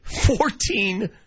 Fourteen